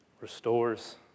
restores